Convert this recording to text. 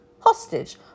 Hostage